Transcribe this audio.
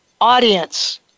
audience